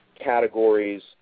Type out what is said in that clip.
categories